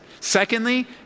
Secondly